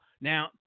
Now